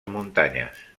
muntanyes